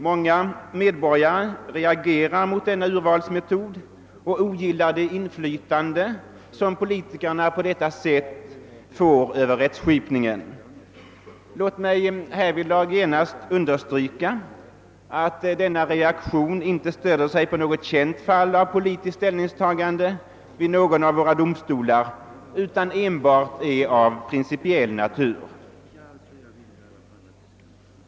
Många medborgare reagerar mot denna urvalsmetod och ogillar det inflytande som politikerna därigenom får över rättsskipningen. Låt mig här genast förklara att den reaktionen inte stöder sig på något känt fall av politiskt ställningstagande vid någon av våra domstolar utan enbart är av principiell natur.